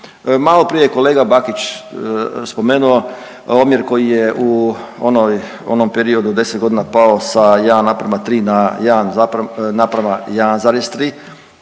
Maloprije je kolega Bakić spomenuo omjer koji je u onoj, onom periodu od 10 godina pao sa 1:3 na 1:1,3.